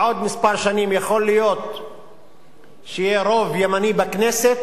בעוד שנים מספר יכול להיות שיהיה רוב ימני בכנסת